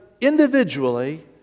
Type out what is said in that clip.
individually